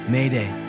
Mayday